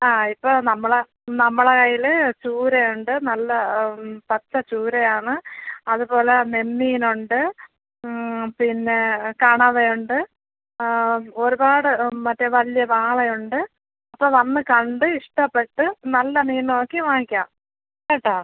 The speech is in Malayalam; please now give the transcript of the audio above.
ആ ഇപ്പോൾ നമ്മൾ നമ്മളെ കൈയ്യിൽ ചൂര ഉണ്ട് നല്ല പച്ച ചൂര ആണ് അത് പോലെ നെന്മീൻ ഉണ്ട് പിന്നെ കണവ ഉണ്ട് ഒരുപാട് മറ്റേ വല്യ വാള ഉണ്ട് അപ്പോൾ വന്ന് കണ്ട് ഇഷ്ടപ്പെട്ട് നല്ല മീൻ നോക്കി വാങ്ങിക്കാം കേട്ടോ